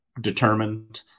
determined